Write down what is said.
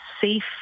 safe